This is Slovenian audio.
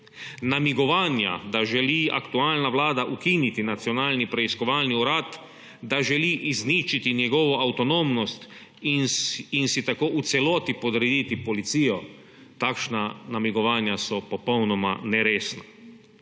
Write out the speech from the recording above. Namigovanja, da želi aktualna vlada ukiniti Nacionalni preiskovalni urad, da želi izničiti njegovo avtonomnost in si tako v celoti podrediti policijo, so popolnoma neresna.